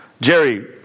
Jerry